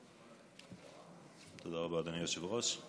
תודה רבה, אדוני היושב-ראש.